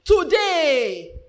today